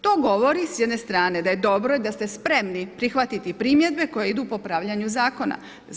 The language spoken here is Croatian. To govori s jedne strane da je dobro i da ste spremni prihvatiti primjedbe koje idu popravljanju zakona.